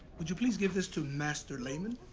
would you please give this to master lehman?